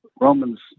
Romans